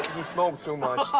he smoked too much.